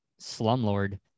slumlord